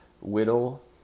whittle